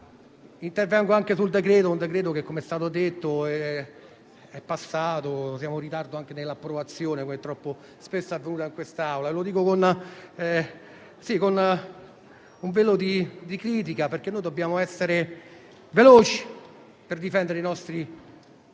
Venendo al decreto al nostro esame, com'è stato detto, è passato: siamo in ritardo anche nell'approvazione, come troppo spesso è avvenuto in quest'Aula. Lo dico con un velo di critica, perché dobbiamo essere veloci per difendere i nostri